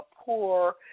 poor